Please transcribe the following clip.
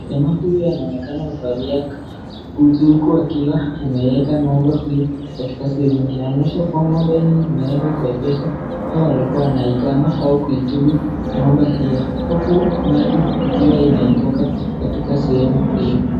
Jamaa huyu anaonekana kuvalia buti huku akiwa ameweka huyu katika sehemu ingine. Inaonyesha kuwa ng'ombe hii imeweza kuekezwa au alikuwa anaikama au kuitibu ng'ombe hiyo huku maji ikiwa inaitoka katika sehemu hiyo.